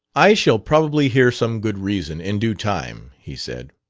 i shall probably hear some good reason, in due time, he said.